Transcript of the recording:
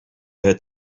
had